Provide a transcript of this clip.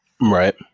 Right